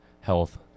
health